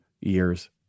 years